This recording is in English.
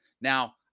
Now